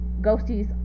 ghosties